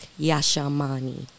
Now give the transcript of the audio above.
Yashamani